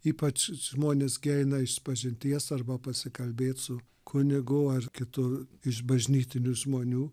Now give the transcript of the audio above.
ypač žmonės gi eina išpažinties arba pasikalbėt su kunigu ar kitur iš bažnytinių žmonių